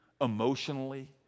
emotionally